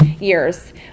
years